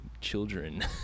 children